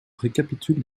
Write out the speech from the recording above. récapitule